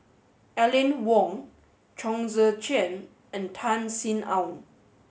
Aline Wong Chong Tze Chien and Tan Sin Aun